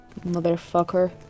motherfucker